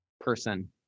person